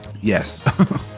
yes